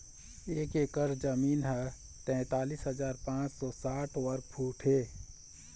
एक एकर जमीन ह तैंतालिस हजार पांच सौ साठ वर्ग फुट हे